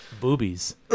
boobies